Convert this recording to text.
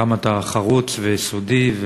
כמה אתה חרוץ ויסודי,